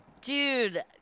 Dude